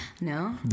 No